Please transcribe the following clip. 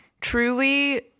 truly